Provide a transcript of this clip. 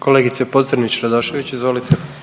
**Jandroković, Gordan